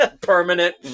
permanent